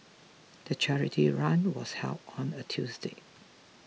the charity run was held on a Tuesday